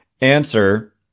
answer